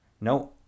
No